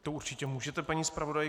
To určitě můžete, paní zpravodajko.